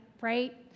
right